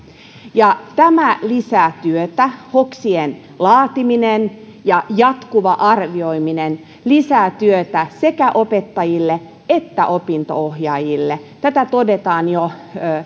ja tämä lisää työtä hoksien laatiminen ja jatkuva arvioiminen lisäävät työtä sekä opettajille että opinto ohjaajille tämä todetaan jo